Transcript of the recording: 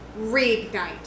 Reignite